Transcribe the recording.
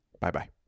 Bye-bye